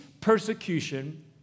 persecution